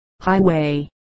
highway